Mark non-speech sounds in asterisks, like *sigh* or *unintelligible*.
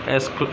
*unintelligible*